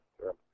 sure